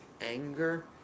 anger